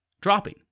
dropping